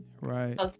right